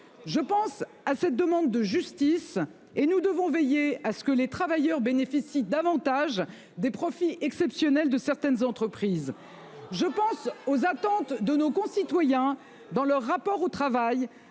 Je pense à cette demande de justice : nous devons veiller à ce que les travailleurs bénéficient davantage des profits exceptionnels de certaines entreprises. En taxant les superprofits ? Je pense aux attentes de nos concitoyens dans leur rapport au travail,